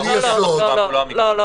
--- אבל צריך לדבר על המהות ולא על --- לא,